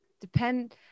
depend